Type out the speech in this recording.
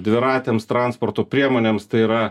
dviratėms transporto priemonėms tai yra